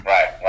Right